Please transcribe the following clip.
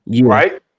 Right